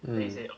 mm